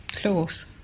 Close